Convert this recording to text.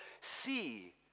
see